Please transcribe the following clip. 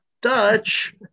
dutch